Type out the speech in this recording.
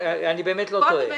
אני באמת לא טועה.